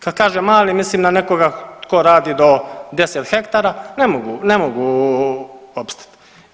Kad kažem mali mislim na nekoga tko radi do 10 hektara ne mogu, ne mogu opstati.